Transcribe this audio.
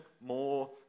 more